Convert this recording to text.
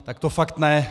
Tak to fakt ne!